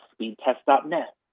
speedtest.net